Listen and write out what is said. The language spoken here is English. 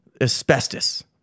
asbestos